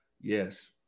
Yes